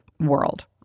world